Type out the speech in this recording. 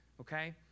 okay